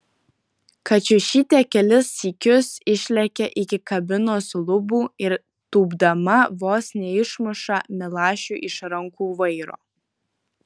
kačiušytė kelis sykius išlekia iki kabinos lubų ir tūpdama vos neišmuša milašiui iš rankų vairo